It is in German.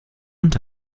und